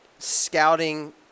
scouting